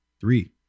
three